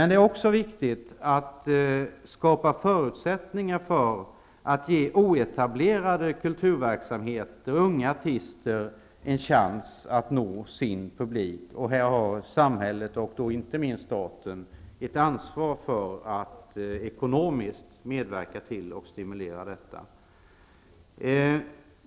Det är också viktigt att skapa förutsättningar för att ge oetablerade kulturverksamheter, unga artister, en chans att nå sin publik. Här har samhället, inte minst staten, ett ansvar för att ekonomiskt medverka till och stimulera detta.